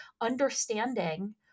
understanding